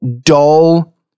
dull